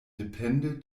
depende